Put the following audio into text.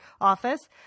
office